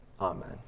amen